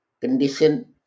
condition